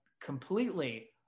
completely